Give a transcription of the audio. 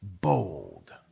bold